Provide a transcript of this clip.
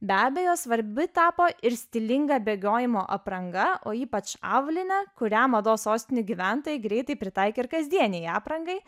be abejo svarbi tapo ir stilinga bėgiojimo apranga o ypač avalynė kurią mados sostinių gyventojai greitai pritaikė ir kasdienei aprangai